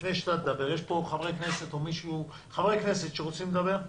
לפני שאתה תדבר, יש פה חברי כנסת שרוצים לדבר?